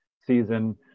season